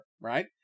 right